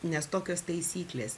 nes tokios taisyklės